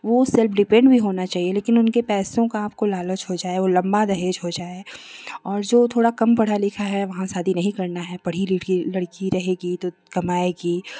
वह सब डिपेंड भी होना चाहिए लेकिन उनके पैसों का आपको लालच हो जाए और लम्बा दहेज हो जाए और जो थोड़ा कम पढ़ा लिखा है वहाँ शादी नहीं करना है पढ़ी लिखी लड़की रहेगी तो कमाएगी